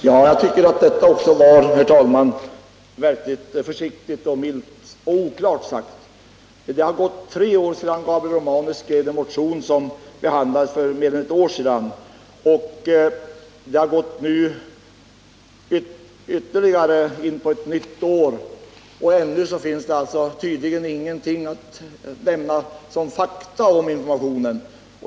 Herr talman! Detta var verkligen försiktigt, milt och oklart sagt. Det har gått tre år sedan Gabriel Romanus skrev en motion, som behandlades för mer än ett år sedan. Vi har kommit in på ytterligare ett nytt år, och ännu finns tydligen inga fakta om informationen.